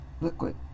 liquid